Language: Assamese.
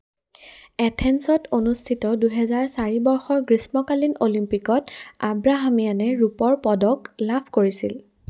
এথেন্ছত অনুষ্ঠিত দুহেজাৰ চাৰি বৰ্ষৰ গ্ৰীষ্মকালীন অলিম্পিকত আব্ৰাহামিয়ানে ৰূপৰ পদক লাভ কৰিছিল